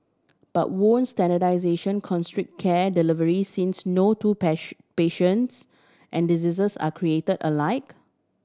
but won't standardisation constrict care delivery since no two patients and diseases are create alike